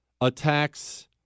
attacks